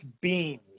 beams